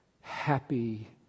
happy